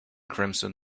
crimson